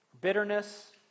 bitterness